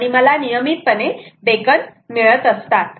आणि मला नियमितपणे बेकन मिळत असतात